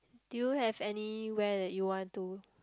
do you have anywhere that you want to